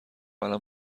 الان